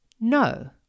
no